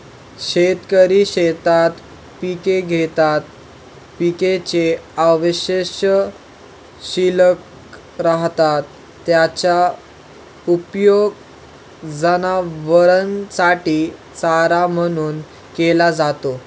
शेतकरी शेतात पिके घेतात, पिकाचे अवशेष शिल्लक राहतात, त्याचा उपयोग जनावरांसाठी चारा म्हणून केला जातो